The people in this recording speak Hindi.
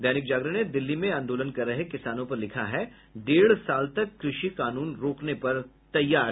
दैनिक जागरण ने दिल्ली में आंदोलन कर रहे किसानों पर लिख है डेढ़ साल तक कृषि कानून रोकने पर तैयार